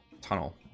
Tunnel